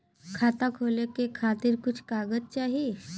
खाता खोले के खातिर कुछ कागज चाही?